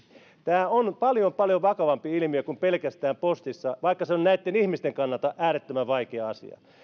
tämä on paljon paljon vakavampi ilmiö kuin pelkästään postissa vaikka se on näitten ihmisten kannalta äärettömän vaikea asia